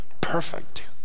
perfect